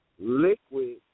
Liquid